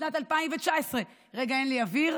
בשנת 2019, רגע, אין לי אוויר,